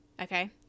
okay